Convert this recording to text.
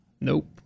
Nope